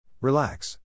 Relax